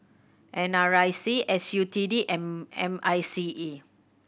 N R I C S U T D M M I C E